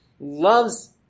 loves